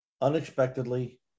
unexpectedly